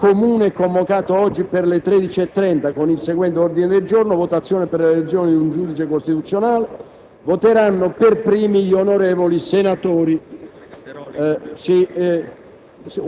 Comunico che il Parlamento in seduta comune è convocato oggi per le ore 13,30, con il seguente ordine del giorno: «Votazione per l'elezione di un giudice della Corte costituzionale». Voteranno per primi gli onorevoli senatori.